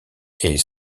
est